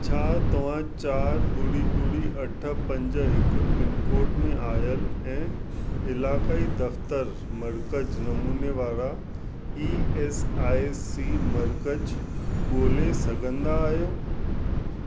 छा तव्हां चार ॿुड़ी ॿुड़ी अठ पंज हिक पिनकोड में आयलु ऐं इलाक़ाई दफ़्तरु मर्कज़ नमूने वारा ई एस आई सी मर्कज़ ॻोल्हे सघंदा आहियो